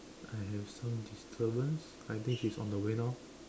I have some disturbance I think she is on the way now